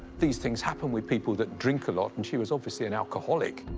these things happen with people that drink a lot, and she was obviously an alcoholic.